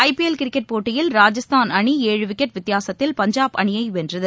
ஐ PL cricket போட்டியில் ராஜஸ்தான் அணி ஏழு விக்கெட் வித்தியாசத்தில் பஞ்சாப் அணியைவென்றது